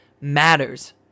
matters